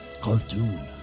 cartoon